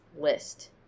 list